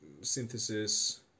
synthesis